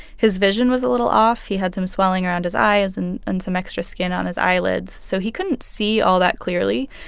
his vision was a little off. he had some swelling around his eyes and and some extra skin on his eyelids, so he couldn't see all that clearly.